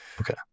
Okay